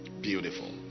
Beautiful